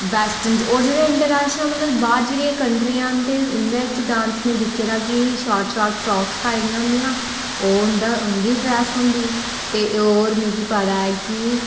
western च ओह् जेह्ड़े इंटरनैशनल मतलब बाह्र जेह्ड़ियां कंट्रियां न ते उं'दे च डांस मे दिक्खे दा कि शार्ट शार्ट फ्रॉक्स पाई दियां होन्दियां ओह् उं'दी ड्रेस होंदी ते होर मिकी पता ऐ कि